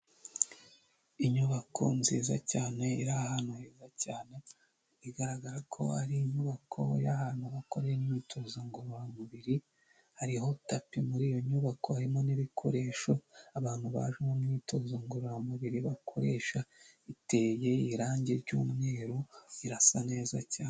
Inyubako nziza cyane, iri ahantu heza cyane, bigaragara ko ari inyubako y'ahantu hakorera imyitozo ngororamubiri, hariho tapi muri iyo nyubako, harimo n'ibikoresho abantu baje mu myitozo ngororamubiri bakoresha, iteye irangi ry'umweru, irasa neza cyane.